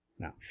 No